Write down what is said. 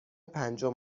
پنجم